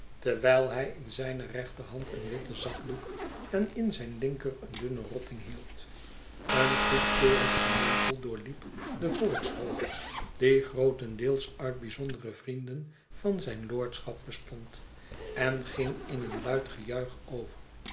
terwijl hij in zijne rechterhand een witten zakdoek en in zijne linker een dunnen rotting hield een goedkeurend gemompel doorliep den volkshoop die grootendeels uit bijzondere vrienden van zijn lordschap bestond en ging in een luid gejuich over